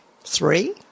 three